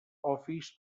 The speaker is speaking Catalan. office